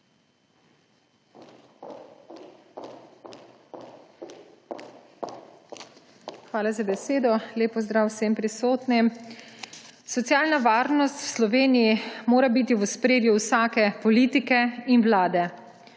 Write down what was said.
Hvala za besedo. Lep pozdrav vsem prisotnim! Socialna varnost v Sloveniji mora biti v ospredju vsake politike in vlade.